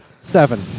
Seven